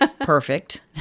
perfect